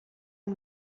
amb